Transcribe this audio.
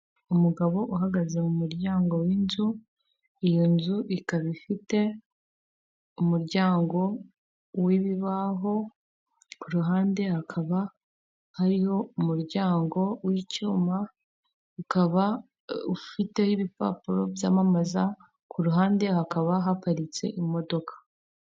Umugabo uhagaze mu muryango w'inzu, iyo nzu ikaba ifite umuryango w'ibibaho, ku ruhande hakaba hariho umuryango w'icyuma, ukaba ufiteho ibipapuro byamamaza, ku ruhande hakaba haparitse imodoka.